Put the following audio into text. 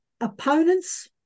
opponents